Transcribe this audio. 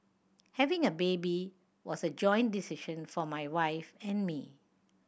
having a baby was a joint decision for my wife and me